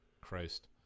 christ